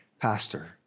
pastor